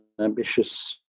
ambitious